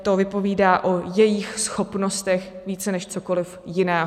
To vypovídá o jejích schopnostech více než cokoliv jiného.